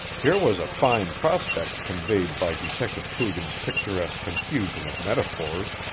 here was a fine prospect conveyed by detective coogan's picturesque confusion of metaphors.